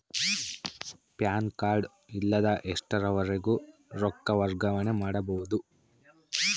PAN card ಇಲ್ಲದ ಎಷ್ಟರವರೆಗೂ ರೊಕ್ಕ ವರ್ಗಾವಣೆ ಮಾಡಬಹುದು?